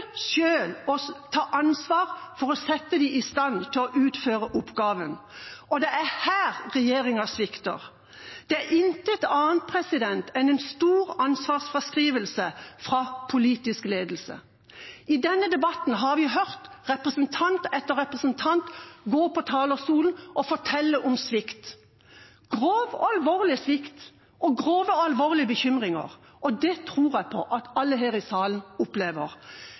ta ansvar for å sette dem i stand til å utføre oppgaven. Det er her regjeringa svikter. Det er intet annet enn en stor ansvarsfraskrivelse fra politiske ledelse. I denne debatten har vi hørt representant etter representant gå på talerstolen og fortelle om svikt – grov og alvorlig svikt, og grove og alvorlige bekymringer. Det tror jeg på at alle her i salen opplever.